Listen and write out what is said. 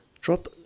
drop